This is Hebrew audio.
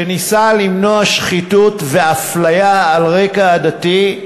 שניסה למנוע שחיתות ואפליה על רקע עדתי,